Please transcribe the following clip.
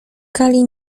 kali